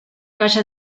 calla